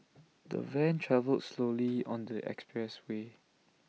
the van travelled slowly on the expressway